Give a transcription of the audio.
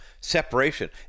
separation